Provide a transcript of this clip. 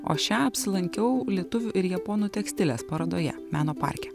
o šią apsilankiau lietuvių ir japonų tekstilės parodoje meno parke